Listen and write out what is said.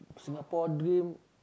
Singapore dream